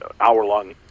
hour-long